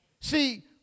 See